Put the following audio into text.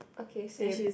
okay same